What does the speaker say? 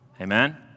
Amen